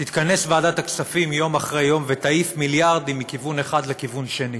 תתכנס ועדת הכספים יום אחרי יום ותעיף מיליארדים מכיוון אחד לכיוון שני.